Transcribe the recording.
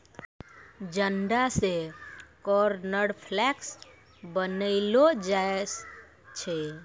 जंडा से कॉर्नफ्लेक्स बनैलो जाय छै